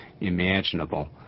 imaginable